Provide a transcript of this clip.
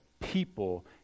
people